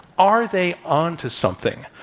are they onto something?